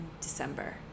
December